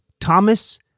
Thomas